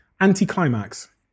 anti-climax